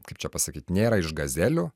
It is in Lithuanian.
kaip čia pasakyt nėra iš gazelių